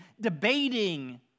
debating